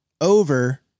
Over